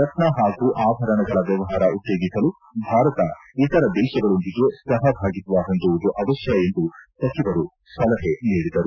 ರತ್ನ ಹಾಗೂ ಆಭರಣಗಳ ವ್ಯವಹಾರ ಉತ್ತೇಜಿಸಲು ಭಾರತ ಇತರ ದೇಶಗಳೊಂದಿಗೆ ಸಹಭಾಗಿತ್ವ ಹೊಂದುವುದು ಅವತ್ತ ಎಂದು ಸಚಿವರು ಸಲಹೆ ನೀಡಿದರು